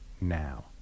now